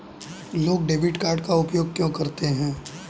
लोग debit card का उपयोग क्यों करते हैं?